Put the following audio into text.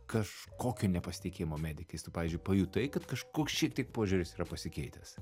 kažkokio nepasitikėjimo medikais tu pavyzdžiui pajutai kad kažkoks šiek tiek požiūris yra pasikeitęs